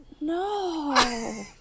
no